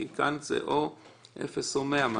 כי כאן זה אפס או מאה.